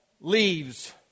leaves